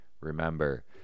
remember